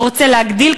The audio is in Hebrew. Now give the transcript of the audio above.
והוא רוצה להגדיל,